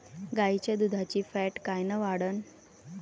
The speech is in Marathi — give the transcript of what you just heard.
गाईच्या दुधाची फॅट कायन वाढन?